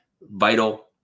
vital